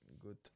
good